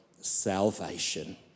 salvation